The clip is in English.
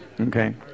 Okay